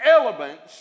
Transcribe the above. elements